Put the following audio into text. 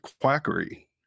quackery